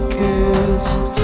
kissed